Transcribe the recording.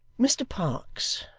mr parkes,